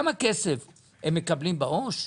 כמה כסף הם מקבלים בעו"ש,